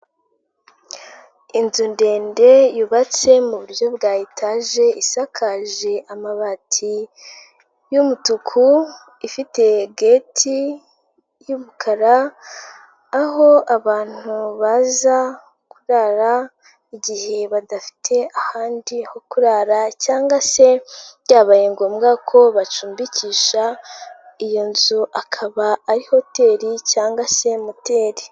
Inzu ndende yubatse mu buryo bwa etaje, isakaje amabati y'umutuku, ifite geti y'umukara, aho abantu baza kurara igihe badafite ahandi ho kurara cyangwa se byabaye ngombwa ko bacumbikisha, iyo nzu akaba ari hotel cyangwa se moteri.